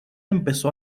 empezó